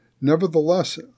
nevertheless